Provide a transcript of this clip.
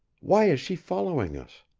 why is she following us?